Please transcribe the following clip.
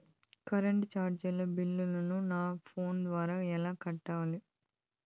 Current చార్జీల బిల్లును, నా ఫోను ద్వారా ఎలా కట్టాలి?